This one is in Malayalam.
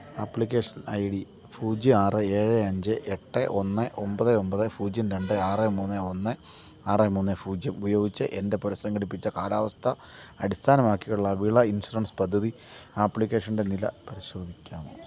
അപ്ലിക്കേഷൻ ഐ ഡി പൂജ്യം ആറ് ഏഴ് അഞ്ച് എട്ട് ഒന്ന് ഒൻപത് ഒൻപത് പൂജ്യം രണ്ട് ആറ് മൂന്ന് ഒന്ന് ആറ് മൂന്ന് പൂജ്യം ഉപയോഗിച്ച് എൻ്റെ പുന സംഘടിപ്പിച്ച കാലാവസ്ഥ അടിസ്ഥാനമാക്കിയുള്ള വിള ഇൻഷുറൻസ് പദ്ധതി ആപ്ലിക്കേഷൻ്റെ നില പരിശോധിക്കാമോ